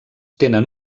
tenen